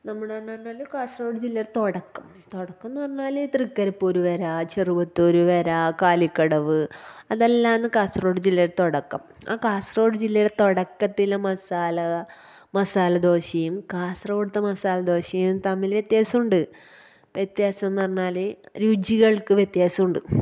നമ്മുടെതെന്ന് പറഞ്ഞാല് കാസര്കോഡ് ജില്ലയുടെ തുടക്കം തുടക്കമെന്ന് പറഞ്ഞാല് ത്രക്കരപ്പൂരുവരെ ചെറുകുത്തൂരു വരെ കാലിക്കടവ് അതെല്ലാമാണ് കാസര്കോഡ് ജില്ലയുടെ തുടക്കം ആ കാസര്കോഡ് ജില്ലയുടെ തുടക്കത്തിലെ മസാല മസാലദോശയും കാസര്കോഡത്തെ മസാലദോശയും തമ്മില് വ്യത്യാസമുണ്ട് വ്യത്യാസം എന്ന് പറഞ്ഞാല് രുചികള്ക്ക് വ്യത്യാസമുണ്ട്